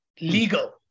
legal